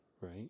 right